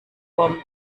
wurm